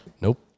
nope